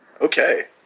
Okay